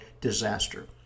disaster